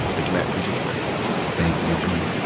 thank you, matt. appreciate you, man thank you, gene.